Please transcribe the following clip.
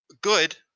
good